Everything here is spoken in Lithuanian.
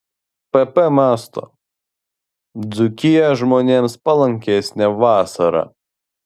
pp mąsto dzūkija žmonėms palankesnė vasarą